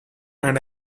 and